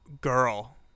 girl